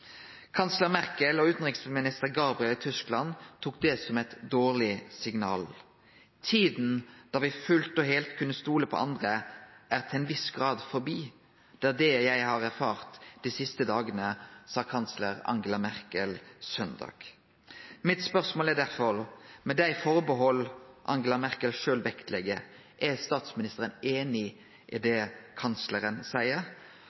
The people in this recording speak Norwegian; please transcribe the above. Kanslar Merkel og utanriksminister Gabriel i Tyskland tok det som eit dårleg signal. Tida da me fullt og heilt kunne stole på andre, er til ein viss grad forbi, det er det eg har erfart dei siste dagane, sa kanslar Angela Merkel søndag. Mitt spørsmål er derfor: Med dei atterhald Angela Merkel sjølv vektlegg, er statsministeren einig i det kanslaren seier,